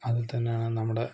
അതില് തന്നെ നമ്മുടെ